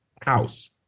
house